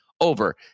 over